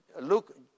Luke